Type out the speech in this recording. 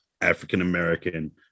African-American